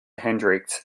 hendricks